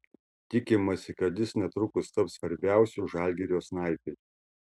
tikimasi kad jis netrukus taps svarbiausiu žalgirio snaiperiu